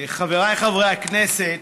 חבריי חברי הכנסת,